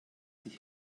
sich